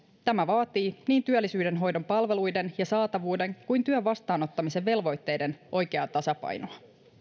tämä vaatii niin työllisyyden hoidon palveluiden ja saatavuuden kuin työn vastaanottamisen velvoitteiden oikeaa tasapainoa